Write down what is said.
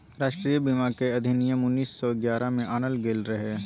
राष्ट्रीय बीमा केर अधिनियम उन्नीस सौ ग्यारह में आनल गेल रहे